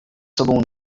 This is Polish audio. sobą